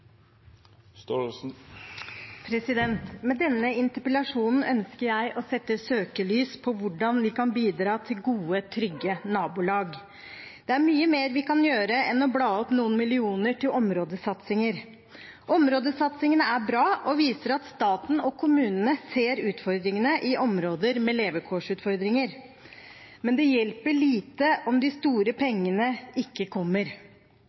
avslutta. Med denne interpellasjonen ønsker jeg å sette søkelys på hvordan vi kan bidra til gode, trygge nabolag. Det er mye mer vi kan gjøre enn å bla opp noen millioner til områdesatsinger. Områdesatsingene er bra og viser at staten og kommunene ser utfordringene i områder med levekårsutfordringer, men det hjelper lite om de store pengene ikke kommer.